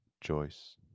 Joyce